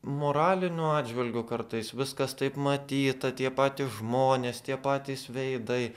moraliniu atžvilgiu kartais viskas taip matyta tie patys žmonės tie patys veidai